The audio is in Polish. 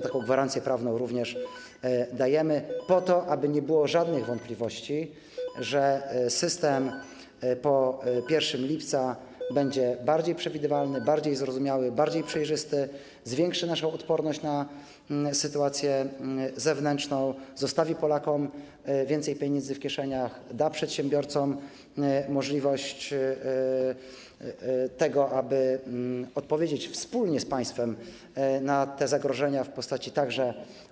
Taką gwarancję prawną dajemy również po to, aby nie było żadnych wątpliwości, że system po 1 lipca będzie bardziej przewidywalny, bardziej zrozumiały, bardziej przejrzysty, zwiększy naszą odporność na sytuację zewnętrzną, zostawi Polakom więcej pieniędzy w kieszeniach i da przedsiębiorcom możliwość tego, aby odpowiedzieć wspólnie z państwem na zagrożenia w postaci